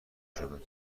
شود